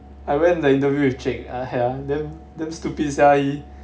I went the interview with chek ah ha damn stupid sia he